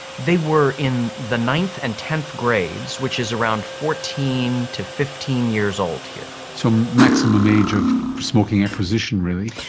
they were in the ninth and tenth grades, which is around fourteen to fifteen years old here. so a maximum age of smoking acquisition really.